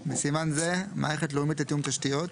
53. בסימן זה, "מערכת לאומית לתיאום תשתיות"